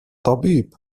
طبيب